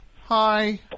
hi